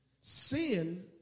Sin